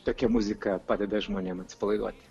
tokia muzika padeda žmonėm atsipalaiduoti